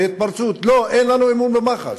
בהתפרצות: אין לנו אמון במח"ש.